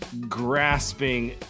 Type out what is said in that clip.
grasping